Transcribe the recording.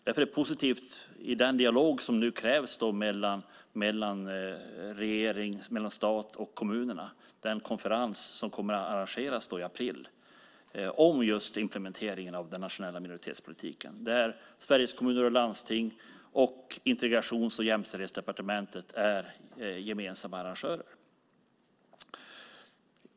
Därför är det positivt, i den dialog som nu krävs mellan staten och kommunerna, att en konferens kommer att arrangeras i april om just implementeringen av den nationella minoritetspolitiken, där Sveriges Kommuner och Landsting och Integrations och jämställdhetsdepartementet är gemensamma arrangörer.